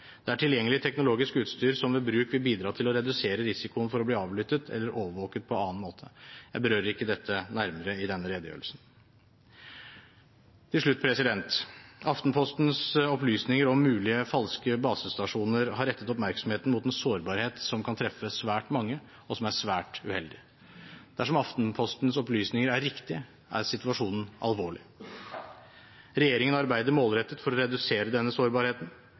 Det er tilgjengelig teknologisk utstyr som ved bruk vil bidra til å redusere risikoen for å bli avlyttet eller overvåket på annen måte. Jeg berører ikke dette nærmere i denne redegjørelsen. Til slutt: Aftenpostens opplysninger om mulig falske basestasjoner har rettet oppmerksomheten mot en sårbarhet som kan treffe svært mange, og som er svært uheldig. Dersom Aftenpostens opplysninger er riktige, er situasjonen alvorlig. Regjeringen arbeider målrettet for å redusere denne sårbarheten.